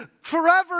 forever